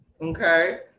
okay